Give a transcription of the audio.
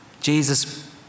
Jesus